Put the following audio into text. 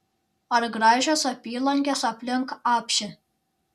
ar gražios apylinkės aplink apšę